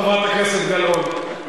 חברת הכנסת גלאון.